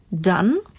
done